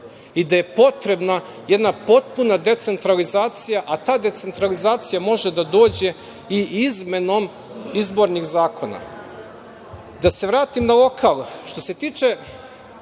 i da je potrebna jedna potpuna decentralizacija, a ta decentralizacija može da dođe i izmenom izbornih zakona. Da se vratim na lokal. Što se tiče